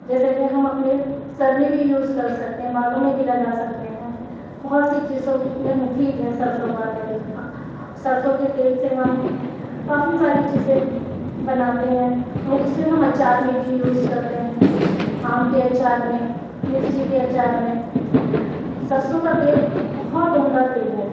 جیسے کہ ہم اپنے سر میں بھی یوز کر سکتے ہیں بالوں میں بھی لگا سکتے ہیں بہت سی چیزوں میں مفید ہے سرسوں کا تیل سرسوں کے تیل سے ہم کافی ساری چیزیں بناتے ہیں اسے ہم اچار میں بھی یوز کرتے ہیں آم کے اچار میں مرچی کے اچار میں سرسوں کا تیل بہت عمدہ تیل ہے